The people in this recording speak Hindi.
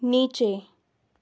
नीचे